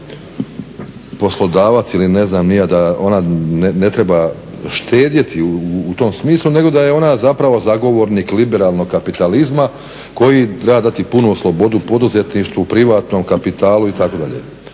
poslodavac ili ne znam ni ja da ona ne treba štedjeti u tom smislu, nego da je ona zapravo zagovornik liberalnog kapitalizma koji treba dati punu slobodu poduzetništvu, privatnom kapitalu itd.